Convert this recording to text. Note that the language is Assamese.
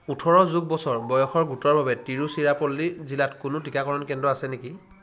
ওঠৰ যোগ বছৰ বয়সৰ গোটৰ বাবে তিৰুচিৰাপল্লী জিলাত কোনো টীকাকৰণ কেন্দ্ৰ আছে নেকি